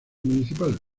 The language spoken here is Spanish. municipal